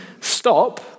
stop